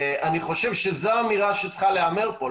אני חושב שזו האמירה שצריכה להיאמר פה,